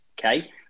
Okay